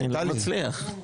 אני לא מצליח.